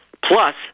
plus